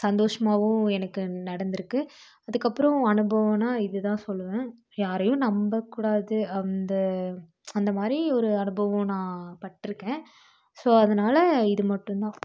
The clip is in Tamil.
சந்தோஷமாகவும் எனக்கு நடந்துருக்குது அதுக்கப்றம் அனுபவோன்னா இதுதான் சொல்லுவன் யாரையும் நம்ம கூடாது அந்த அந்த மாதிரி ஒரு அனுபவம் நான் பட்டுருக்கேன் ஸோ அதனால இது மட்டுந்தான்